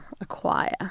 acquire